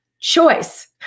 choice